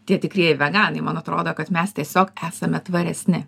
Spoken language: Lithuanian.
tie tikrieji veganai man atrodo kad mes tiesiog esame tvaresni